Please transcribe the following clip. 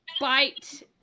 bite